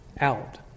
out